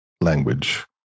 language